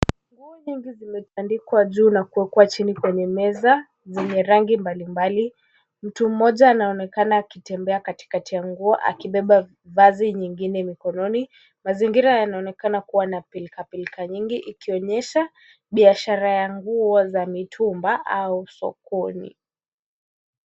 Nguo nyingi zimetandikwa juu na kuwekwa chini kwenye meza, zenye rangi mbalimbali. Mtu mmoja anaonekana akitembea katikati ya nguo, akibeba vazi nyingine mikononi. Mazingira yanaonekana kuwa na pilka pilka nyingi, ikionyesha biashara ya nguo za mitumba au sokoni.